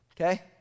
okay